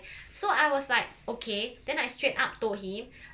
so I was like okay then I straight up told him